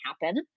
happen